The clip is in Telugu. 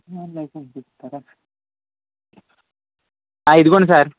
అ ఇదిగోండి సార్